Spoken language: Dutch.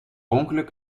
ongeluk